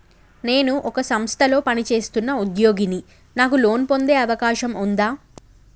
నేను ఒక సంస్థలో పనిచేస్తున్న ఉద్యోగిని నాకు లోను పొందే అవకాశం ఉందా?